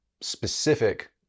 specific